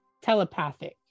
telepathic